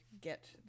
get